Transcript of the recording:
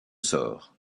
sort